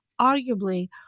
arguably